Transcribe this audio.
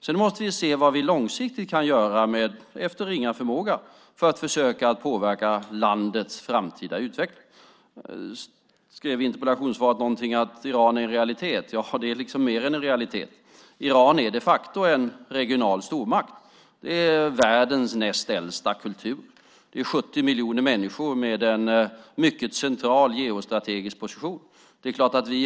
Sedan måste vi se vad vi långsiktigt kan göra efter ringa förmåga för att försöka påverka landets framtida utveckling. Jag skrev någonting i interpellationssvaret om att Iran är en realitet. Det är mer än en realitet. Iran är de facto en regional stormakt. Det är världens näst äldsta kultur. Det är 70 miljoner människor med en mycket central geostrategisk position.